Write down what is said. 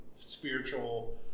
spiritual